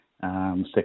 Second